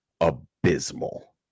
abysmal